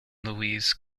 louise